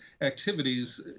activities